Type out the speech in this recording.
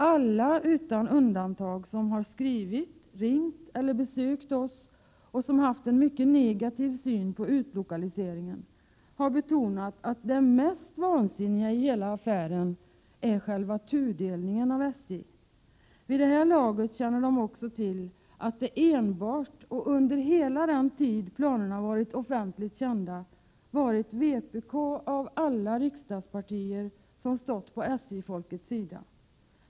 Alla, utan undantag, som har skrivit, ringt eller besökt oss och som haft en mycket negativ syn på utlokaliseringen har betonat att det mest vansinniga i hela affären är själva tudelningen av SJ. Vid det här laget känner de också till att det enbart, under hela den tid planerna varit offentligt kända, varit vpk av alla riksdagspartier som stått på SJ-folkets sida.